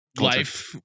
life